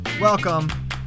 Welcome